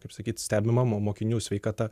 kaip sakyt stebima mo mokinių sveikata